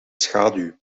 schaduw